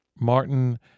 Martin